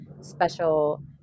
special